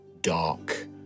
dark